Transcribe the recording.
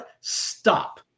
stop